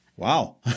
Wow